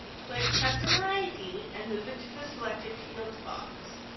click customer id and move it to the selected fields box.